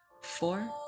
four